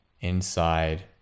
inside